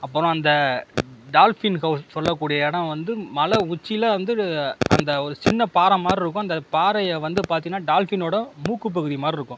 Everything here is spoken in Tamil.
அப்புறம் அந்த டால்ஃபின் ஹௌஸ் சொல்லக் கூடிய இடம் வந்து மலை உச்சியில் வந்து அந்த ஒரு சின்ன பாறை மாதிரி இருக்கும் அந்த பாறையை வந்து பாத்தீங்கன்னா டால்ஃபினோடு மூக்கு பகுதி மாதிரி இருக்கும்